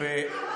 הוא משיב.